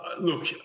Look